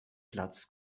platz